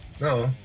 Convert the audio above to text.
no